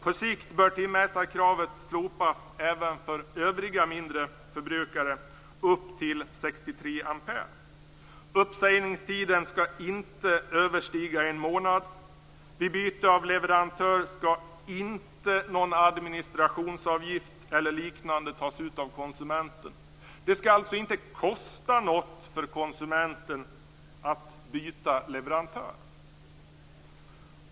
På sikt bör timmätarkravet slopas även för övriga mindre förbrukare om högst 63 ampere. Uppsägningstiden skall inte överstiga en månad. Vid byte av leverantör skall inte någon administrationsavgift eller liknande tas ut av konsumenten. Det skall alltså inte kosta något för konsumenten att byta leverantör.